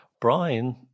brian